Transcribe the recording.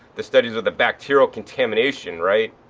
the studies with the bacterial contamination, right.